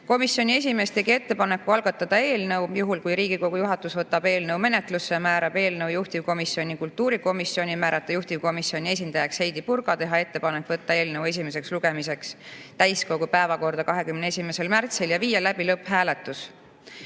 Komisjoni esimees tegi ettepaneku algatada eelnõu, juhul kui Riigikogu juhatus võtab eelnõu menetlusse ja määrab eelnõu juhtivkomisjoniks kultuurikomisjoni, määrata juhtivkomisjoni esindajaks Heidy Purga, teha ettepanek võtta eelnõu esimeseks lugemiseks täiskogu päevakorda 21. märtsil ja viia läbi lõpphääletus.